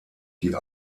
die